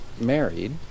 married